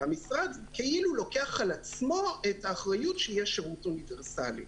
המשרד כאילו לוקח על עצמו את האחריות שיהיה שירות אוניברסלי.